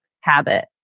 habit